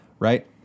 Right